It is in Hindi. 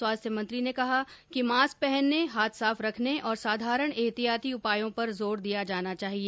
स्वास्थ्य मंत्री ने कहा कि मास्क पहनने हाथ साफ रखने और साधारण एहतियाती उपायों पर जोर दिया जाना चाहिए